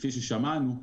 כפי ששמענו.